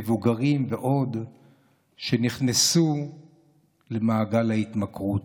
מבוגרים ועוד שנכנסו למעגל ההתמכרות.